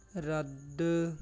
ਰੱਦ